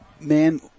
man